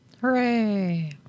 Hooray